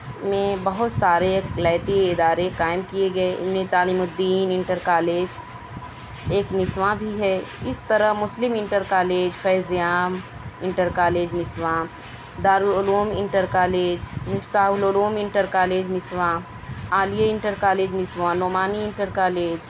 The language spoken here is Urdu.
میں بہت سارے اقلیتی ادارے قائم کئے گئے ان میں تعلیم الدین انٹر کالج ایک نسواں بھی ہے اس طرح مسلم انٹر کالج فیض عام انٹر کالج نسواں دارالعلوم انٹر کالج مفتاح العلوم انٹر کالج نسواں عالیہ انٹر کالج نسواں نعمانی انٹر کالج